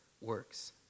works